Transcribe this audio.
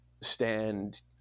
stand